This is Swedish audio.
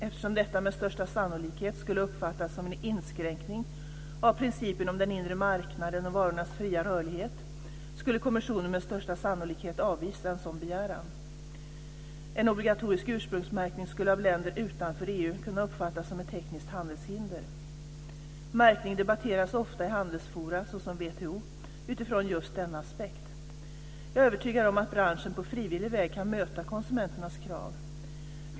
Eftersom detta med största sannolikhet skulle uppfattas som en inskränkning av principen om den inre marknaden och varornas fria rörlighet, skulle kommissionen med största sannolikhet avvisa en sådan begäran. En obligatorisk ursprungsmärkning skulle av länder utanför EU kunna uppfattas som ett tekniskt handelshinder. Märkning debatteras ofta i olika handelsforum, såsom WTO, utifrån just denna aspekt. Jag är övertygad om att branschen på frivillig väg kan möta konsumenternas krav.